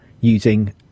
using